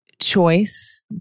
Choice